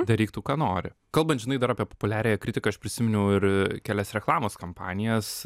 daryk tu ką nori kalbant žinai dar apie populiariąją kritiką aš prisiminiau ir kelias reklamos kampanijas